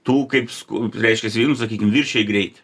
tų kaip sku reiškiasi jeigu sakykim viršijai greitį